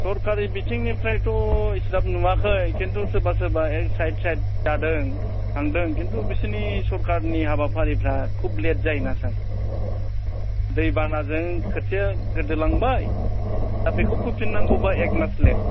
सरकारि बिथिंनिफ्रायथ' एसेग्राफ नुवा खै खिन्थु सोरबा सोरबा ए साइद बाइदि लादों खिन्थु बिसिनि सरकारि हाबाफारिफ्रा खुब लेत जायोना सार दै बानाजों खोथिया गोदोलांबाय दा बेखौ फोफिननांगौबा एक मास लेत